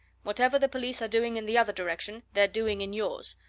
whatever the police are doing in the other direction, they're doing in yours.